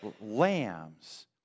lambs